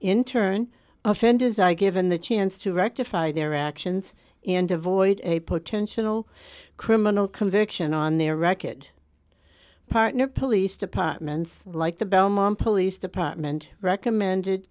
turn offenders are given the chance to rectify their actions and avoid a potential criminal conviction on their record partner police departments like the belmont police department recommended